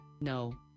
no